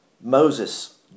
Moses